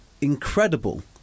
incredible